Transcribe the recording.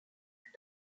ses